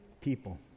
people